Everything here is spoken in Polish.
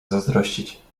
zazdrościć